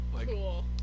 Cool